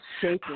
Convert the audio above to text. Shaking